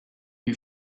you